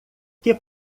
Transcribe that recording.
que